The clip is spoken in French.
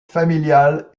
familiale